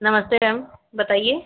नमस्ते मैम बताइए